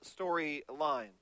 storyline